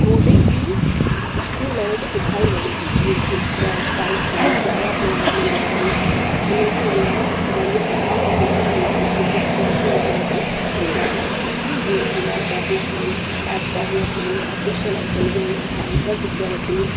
coding बि school level ते सिखाई वञे थी जीअं कि स्क्रेच पाइप अथनि जावा प्रोग्राम आहिनि लेवल इन्हनि जे अलावा घणई एडवांस कोर्स बि आहिनि जेके हाईस्कूल लेवल ते थींदा आहिनि जीअं कि web development app development artificial intelligence cyber security